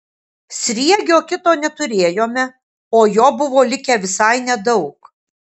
sriegio kito neturėjome o jo buvo likę visai nedaug